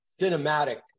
cinematic